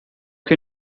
can